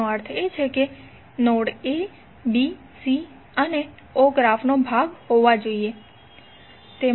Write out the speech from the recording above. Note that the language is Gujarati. તેનો અર્થ એ કે નોડ a b c અને o ગ્રાફનો ભાગ હોવા જોઈએ